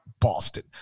Boston